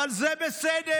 אבל זה בסדר,